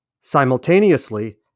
Simultaneously